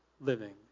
living